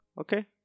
Okay